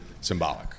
symbolic